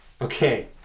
Okay